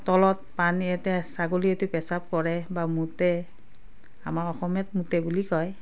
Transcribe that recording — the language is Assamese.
তলত পানী ইয়াতে ছাগলীয়েতো পেচাব কৰে বা মূতে আমাৰ অসমীয়াত মূতে বুলি কয়